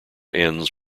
ends